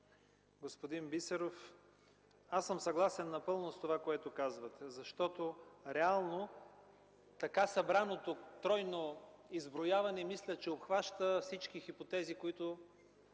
господин Бисеров, аз съм съгласен напълно с това, което казахте, защото реално така събраното тройно изброяване, мисля че обхваща всички хипотези, които